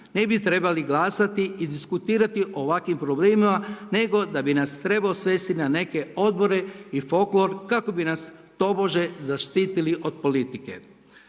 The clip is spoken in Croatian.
ne bi trebali glasati i diskutirati o ovakvim problemima, nego da bi nas trebao svesti na neke odbore i folklor kako bi nas tobože zaštitili od politike.